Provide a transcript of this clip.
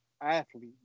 athlete